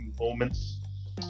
moments